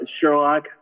Sherlock